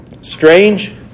strange